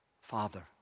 Father